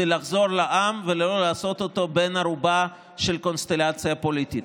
לחזור לעם ולא לעשות אותו בן ערובה של קונסטלציה פוליטית,